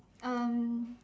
um